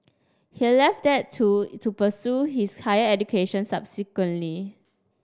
he left that too to pursue his higher education subsequently